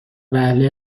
وهله